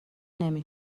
نمی